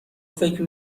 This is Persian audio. فکر